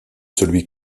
celui